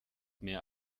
mehr